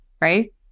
Right